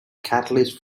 catalyst